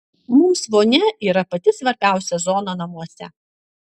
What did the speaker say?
mums vonia yra pati svarbiausia zona namuose